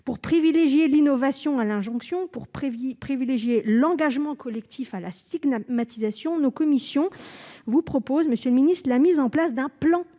Privilégiant l'innovation sur l'injonction, l'engagement collectif sur la stigmatisation, nos commissions vous proposent, monsieur le ministre, la mise en place d'un plan